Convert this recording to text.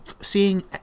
seeing